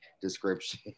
description